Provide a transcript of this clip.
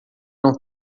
não